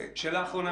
שאלה אחרונה,